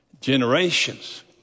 generations